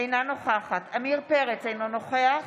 אינה נוכחת עמיר פרץ, אינו נוכח